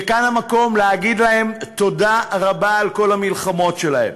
וכאן המקום להגיד להם תודה רבה על כל המלחמות שלהם.